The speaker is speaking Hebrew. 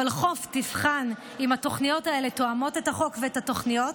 הוולחו"ף תבחן אם התוכניות האלה תואמות את החוק ואת התוכניות